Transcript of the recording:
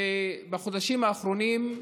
בחודשים האחרונים,